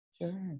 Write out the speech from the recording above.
Sure